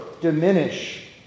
diminish